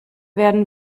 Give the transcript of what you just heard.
werden